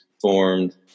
formed